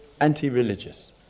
anti-religious